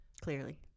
Clearly